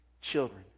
children